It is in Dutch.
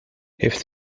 heeft